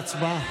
להצבעה.